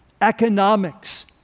economics